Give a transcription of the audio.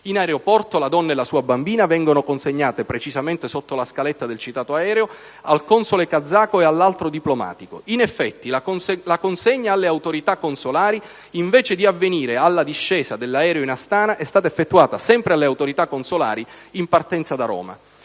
In aeroporto la donna e la sua bambina vengono consegnate, precisamente sotto la scaletta del citato aereo, al console kazako e all'altro diplomatico. In effetti, la consegna alle autorità consolari, invece di avvenire alla discesa dell'aereo in Astana è stata effettuata, sempre alle autorità consolari, in partenza da Roma.